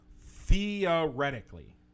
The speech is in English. Theoretically